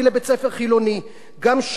גם שם הבעיה קיימת.